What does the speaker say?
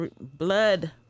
blood